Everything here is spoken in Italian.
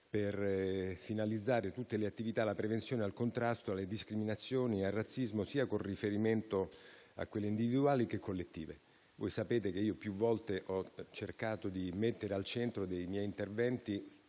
per finalizzare tutte le attività volte alla prevenzione e al contrasto alle discriminazioni e al razzismo, con riferimento sia a quelle individuali che collettive. Voi sapete che io più volte ho cercato di mettere al centro dei miei interventi